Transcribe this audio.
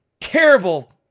terrible